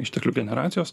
išteklių generacijos